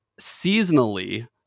seasonally